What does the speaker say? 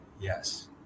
Yes